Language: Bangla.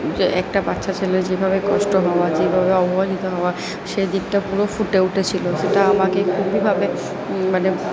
যে একটা বাচ্চা ছেলে যেভাবে কষ্ট হওয়া যেভাবে অবহেলিত হওয়া সেদিকটা পুরো ফুটে উঠেছিলো সেটা আমাকে খুবইভাবে মানে